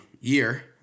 year